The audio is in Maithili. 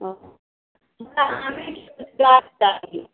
ओ हमरा लाल गुलाब चाही